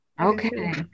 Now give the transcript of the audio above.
okay